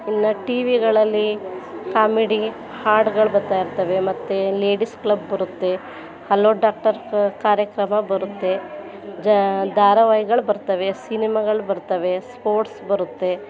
ಇನ್ನೂ ಟಿವಿಗಳಲ್ಲಿ ಕಾಮಿಡಿ ಹಾಡ್ಗಳು ಬರ್ತಾಯಿರ್ತವೆ ಮತ್ತು ಲೇಡೀಸ್ ಕ್ಲಬ್ ಬರುತ್ತೆ ಹಲೋ ಡಾಕ್ಟರ್ಸ್ ಕಾರ್ಯಕ್ರಮ ಬರುತ್ತೆ ಜ ಧಾರಾವಾಹಿಗಳು ಬರ್ತಾವೆ ಸಿನಿಮಾಗಳು ಬರ್ತಾವೆ ಸ್ಪೋರ್ಟ್ಸ್ ಬರುತ್ತೆ